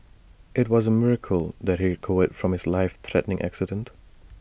IT was A miracle that he recovered from his life threatening accident